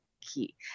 key